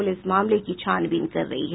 police मामले की छानबीन कर रही है